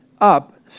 up